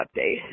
update